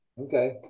okay